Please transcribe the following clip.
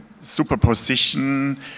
superposition